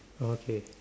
okay